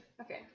Okay